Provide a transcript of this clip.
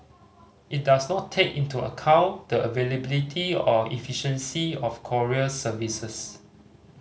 it does not take into account the availability or efficiency of courier services